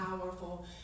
powerful